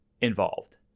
involved